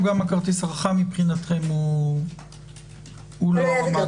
או גם הכרטיס החכם מבחינתכם הוא לא רמה גבוהה?